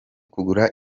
kugura